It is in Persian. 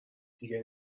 دیگه